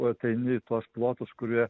ateini į tuos plotus kurie